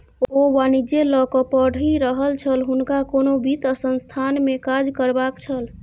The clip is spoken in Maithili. ओ वाणिज्य लकए पढ़ि रहल छल हुनका कोनो वित्त संस्थानमे काज करबाक छल